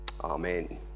Amen